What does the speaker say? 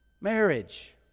Marriage